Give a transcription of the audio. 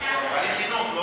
לוועדת חינוך, לא?